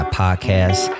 podcast